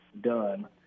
done